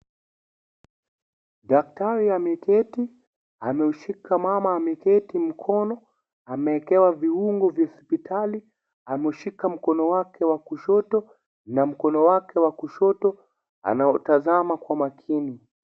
Daktari ameketi ameshika mama ameketi mkono; amewekewa viungo vya hospitali. Ameshika mkono wake wa kushoto. Na mkono wake wa kushoto anautazama kwa makini.